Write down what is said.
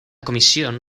comisión